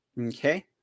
Okay